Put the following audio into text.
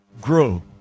grow